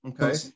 okay